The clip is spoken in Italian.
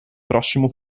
prossimo